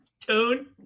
Tune